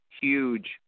Huge